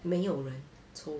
没有人抽